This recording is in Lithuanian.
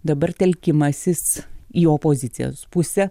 dabar telkimasis į opozicijos pusę